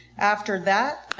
after that